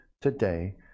today